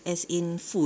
as in food